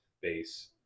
base